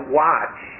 watch